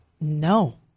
No